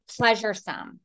Pleasuresome